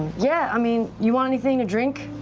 yeah, i mean, you want anything to drink?